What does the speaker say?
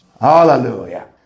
Hallelujah